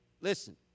listen